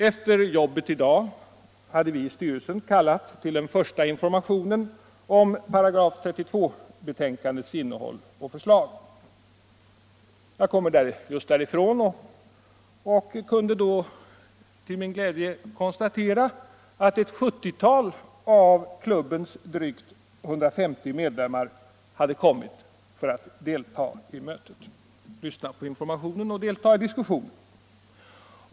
Efter jobbet i dag hade vi i styrelsen kallat till den första informationen om § 32-betänkandets innehåll och förslag. Jag kommer just därifrån och kunde till min glädje konstatera att ett 70-tal av klubbens drygt 150 medlemmar kommit till mötet för att lyssna på informationen och delta i diskussionen.